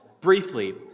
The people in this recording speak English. briefly